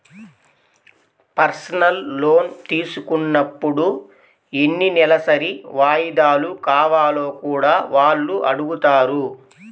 personal loan తీసుకున్నప్పుడు ఎన్ని నెలసరి వాయిదాలు కావాలో కూడా వాళ్ళు అడుగుతారు